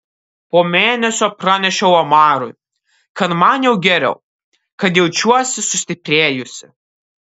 po mėnesio pranešiau omarui kad man jau geriau kad jaučiuosi sustiprėjusi